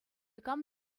кам